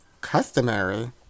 Customary